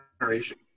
Generation